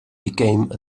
became